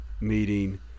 meeting